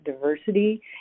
diversity